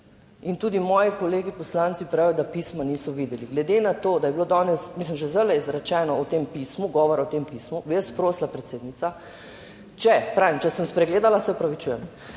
in tudi moji kolegi poslanci pravijo, da pisma niso videli. Glede na to, da je bilo danes, mislim, že zdaj izrečeno v tem pismu govora o tem pismu, bi jaz prosila, predsednica, če pravim, če sem spregledala, se opravičujem,